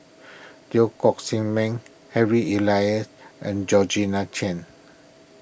Teo Koh Sock Miang Harry Elias and Georgette Chen